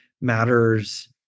matters